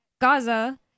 Gaza